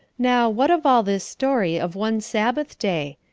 now, what of all this story of one sabbath day?